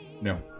No